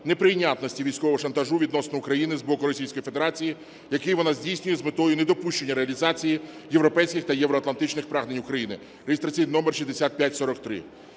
неприйнятності військового шантажу відносно України з боку Російської Федерації, який вона здійснює з метою недопущення реалізації європейських та євроатлантичних прагнень України (реєстраційний номер 6543).